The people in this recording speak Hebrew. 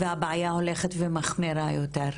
הבעיה הולכת ומחמירה יותר.